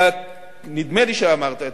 נדמה לי שאמרת,